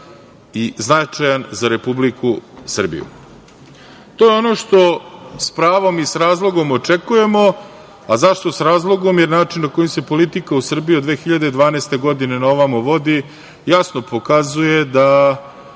i značajan za Republiku Srbiju. To je ono što s pravom i s razlogom očekujemo. Zašto s razlogom? Jer način na koji se politika u Srbiji od 2012. godine na ovamo vodi jasno pokazuje da